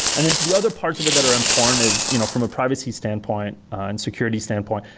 and then the other parts of it that are important is you know from a privacy standpoint and security standpoint,